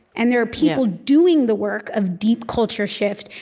and there are people doing the work of deep culture shift,